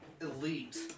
Elite